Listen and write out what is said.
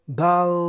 bal